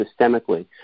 systemically